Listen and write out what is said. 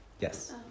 Yes